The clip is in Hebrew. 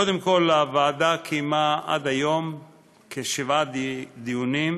קודם כול, הוועדה קיימה עד היום כשבעה דיונים,